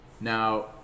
Now